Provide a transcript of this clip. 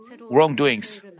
wrongdoings